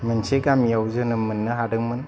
मोनसे गामियाव जोनोम मोननो हादोंमोन